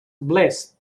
blessed